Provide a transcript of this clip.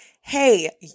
hey